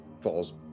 falls